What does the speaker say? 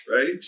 right